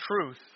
Truth